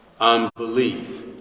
Unbelief